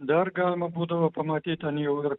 dar galima būdavo pamatyt ten jau ir